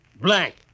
Blank